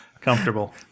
comfortable